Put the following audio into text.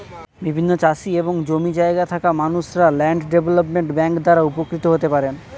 বিভিন্ন চাষি এবং জমি জায়গা থাকা মানুষরা ল্যান্ড ডেভেলপমেন্ট ব্যাংক দ্বারা উপকৃত হতে পারেন